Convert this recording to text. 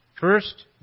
First